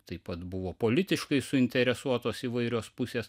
taip pat buvo politiškai suinteresuotos įvairios pusės